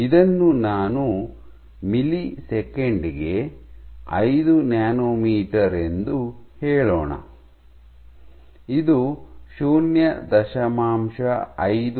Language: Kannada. ಇದನ್ನು ನಾವು ಮಿಲಿಸೆಕೆಂಡಿಗೆ ಐದು ನ್ಯಾನೊಮೀಟರ್ ಎಂದು ಹೇಳೋಣ ಇದು ಶೂನ್ಯ ದಶಮಾಂಶ ಐದು 0